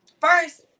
First